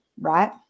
right